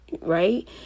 right